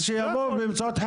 אז שיעבור באמצעות חקיקה.